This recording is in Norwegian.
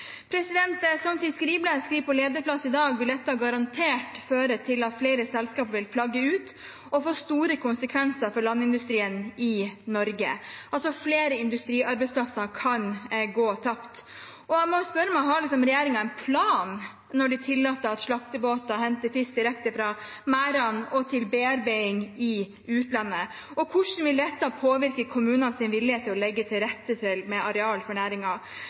Som Fiskeribladet skriver på lederplass i dag, vil dette garantert føre til at flere selskaper vil flagge ut, og få store konsekvenser for landindustrien i Norge, altså at flere industriarbeidsplasser kan gå tapt. Jeg må spørre: Har regjeringen en plan når de tillater at slaktebåter henter fisk direkte fra merdene og til bearbeiding i utlandet? Hvordan vil dette påvirke kommunenes vilje til å legge til rette med areal for